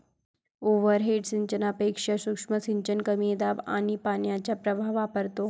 overhead सिंचनापेक्षा सूक्ष्म सिंचन कमी दाब आणि पाण्याचा प्रवाह वापरतो